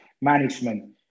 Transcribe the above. management